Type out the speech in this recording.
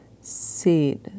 seat